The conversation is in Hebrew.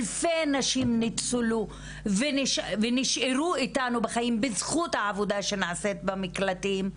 אלפי נשים ניצלו ונשארו איתנו בחיים בזכות העבודה שנעשית במקלטים.